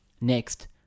Next